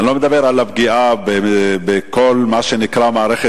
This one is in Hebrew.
אני לא מדבר על הפגיעה בכל מה שנקרא מערכת